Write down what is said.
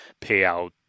payout